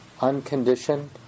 unconditioned